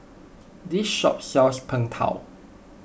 this shop sells Png Tao